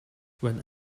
when